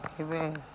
Amen